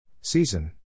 Season